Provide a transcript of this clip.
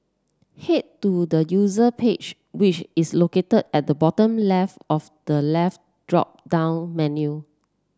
head to the user page which is located at the bottom left of the left drop down menu